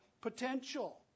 potential